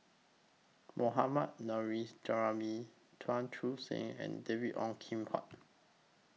Mohammad Nurrasyid Juraimi Chuan Chu Seng and David Ong Kim Huat